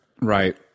Right